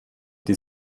die